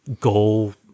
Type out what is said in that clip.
goal